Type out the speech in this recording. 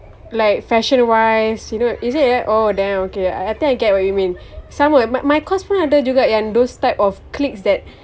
like fashion wise you know is it oh damn okay I think I get what you mean some~ my my course pun ada juga yang those type of cliques that